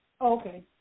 Okay